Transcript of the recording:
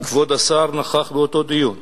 כבוד השר נכח באותו דיון.